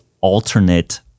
alternate